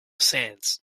sands